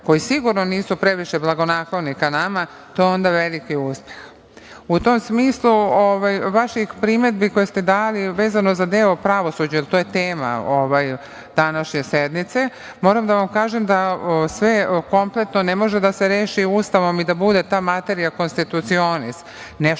koji sigurno nisu previše blagonakloni ka nama, to je onda veliki uspeh.U tom smislu vaših primedbi koje ste dali vezano za deo pravosuđa, jer to je tema današnje sednice, moram da vam kažem da sve kompletno ne može da se reši Ustavom i da bude ta materija „konstitucioni“, nešto